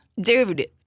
dude